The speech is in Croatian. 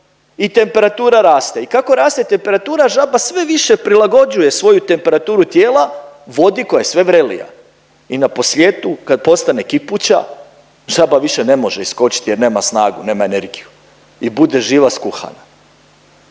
i temperatura raste i kako raste temperatura žaba sve više prilagođuje svoju temperaturu tijela vodi koja je sve vrelija i naposljetku kad postane kipuća žaba više ne može iskočiti jer nema snagu, nema energiju i bude živa skuhana.